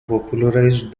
popularized